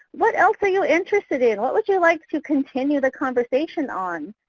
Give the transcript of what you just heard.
what else are you interested in? what would you like to continue the conversation on?